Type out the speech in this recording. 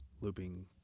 looping